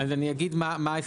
אז אני אגיד מה ההסדר,